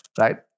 right